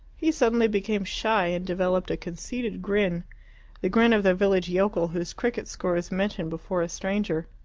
he suddenly became shy and developed a conceited grin the grin of the village yokel whose cricket score is mentioned before a stranger.